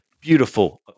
beautiful